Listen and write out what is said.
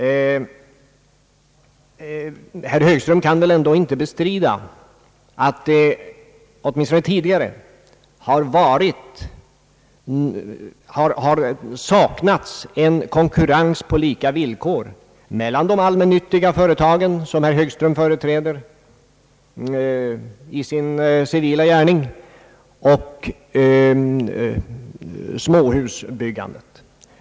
Det gör inte herr Högström, men han kan väl ändå inte bestrida att det saknats en konkurrens på lika villkor mellan de allmännyttiga företagen, som herr Högström företräder i sin civila gärning, och småhusbyggandet.